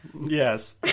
Yes